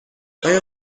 آیا